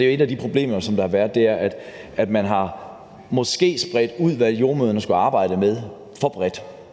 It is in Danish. Et af de problemer, der har været, er, at man måske har spredt det, jordemødrene skulle arbejde med, ud for bredt,